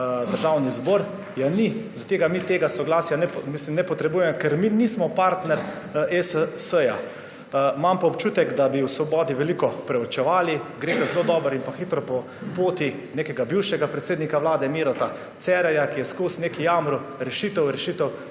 Državni zbor? Ni, zaradi tega mi tega soglasja ne potrebujemo, ker mi nismo partner ESS. Imam občutek, da bi v Svobodi veliko preučevali, gre pa zelo dobro in hitro po poti nekega bivšega predsednika Vlade, Mira Cerarja, ki je ves čas nekaj jamral, rešitev, rešitev